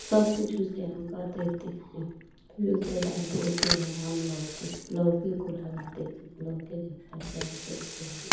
सब कुछ उससे हम कर देते हैं फ़िर उसे बाद बोते हैं हम लोग के लौकी को लगा देते हैं लौकी जब होता है तो उसे हम